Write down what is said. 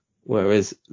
Whereas